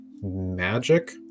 magic